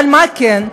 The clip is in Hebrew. אבל מה כן,